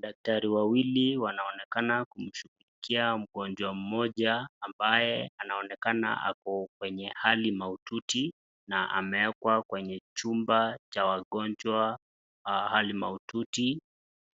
Daktari wawili wanaonekana kumshughulikia mgonjwa mmoja ambaye anaonekana ako kwenye hali mahututi na amewekwa kwenye chumba cha wagonjwa hali mahututi